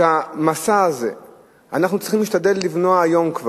את המסע הזה אנחנו צריכים להשתדל למנוע כבר היום.